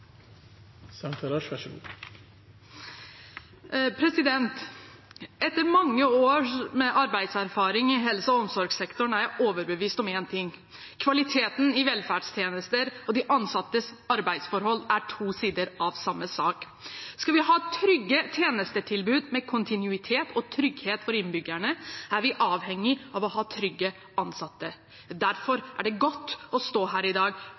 jeg overbevist om én ting: Kvaliteten i velferdstjenester og de ansattes arbeidsforhold er to sider av samme sak. Skal vi ha trygge tjenestetilbud med kontinuitet og trygghet for innbyggerne, er vi avhengig av å ha trygge ansatte. Derfor er det godt å stå her i dag